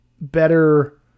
better